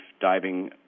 diving